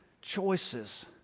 choices